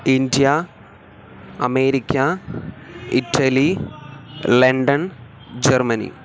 India America Italy London Germany